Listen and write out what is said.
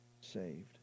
saved